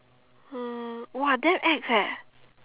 uh !wah! damn ex eh